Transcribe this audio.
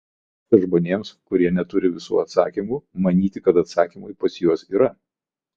leidžia žmonėms kurie neturi visų atsakymų manyti kad atsakymai pas juos yra